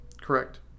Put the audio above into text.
Correct